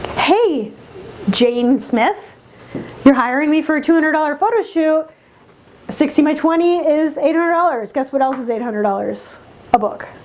hey jane smith you're hiring me for a two hundred dollar photo shoot sixty my twenty is eight hundred dollars guess what else is eight hundred dollars a book?